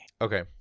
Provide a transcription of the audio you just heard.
Okay